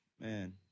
Man